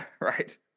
Right